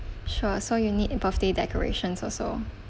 sure so you need birthday decorations also